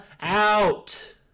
out